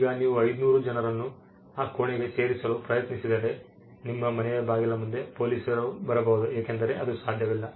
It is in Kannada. ಈಗ ನೀವು 500 ಜನರನ್ನು ಆ ಕೋಣೆಗೆ ಸೇರಿಸಲು ಪ್ರಯತ್ನಿಸಿದರೆ ನಿಮ್ಮ ಮನೆಯ ಬಾಗಿಲ ಮುಂದೆ ಪೊಲೀಸರು ಬರಬಹುದು ಏಕೆಂದರೆ ಅದು ಸಾಧ್ಯವಿಲ್ಲ